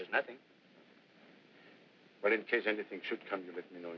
there's nothing but in case anything should come to that you know